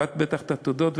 והתודות,